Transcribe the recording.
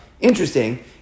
interesting